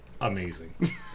Amazing